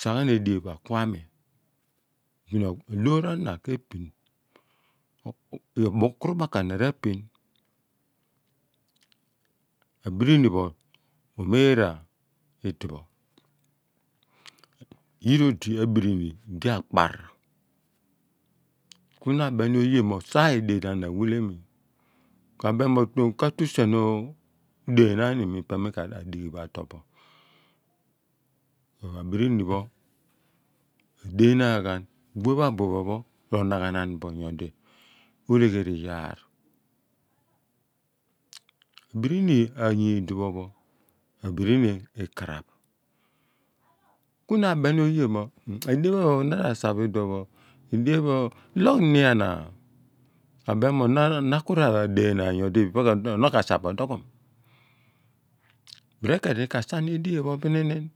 Sa ghan edea pho akua mi aloor ra na okuru baku na ra pin abiri ni pho omeera idipho yira odighi abiri ni di akpar ku na abeni oye mo sar edien pho ana awhile mi ka mem mo ka tu sien udee naa̱n imi ipe mi ka sa bo so abiri nipho r'adee naan ghan whe pho abuphe pho r'onagha naan bo bidi olegheriiyaar iduon pho abirini oleeghi iyaar ku na abeni oye pho mo edien phe phen pho nar'a sa bo̱ loogh nian a? Ka beem mo na ra nea nann nyodi ipe odira sa bo̱ duughu m? Bele keni ka sa ni edean ho ninini